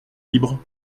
libre